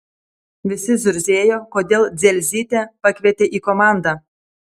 visi zurzėjo kodėl dzelzytę pakvietė į komandą